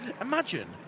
Imagine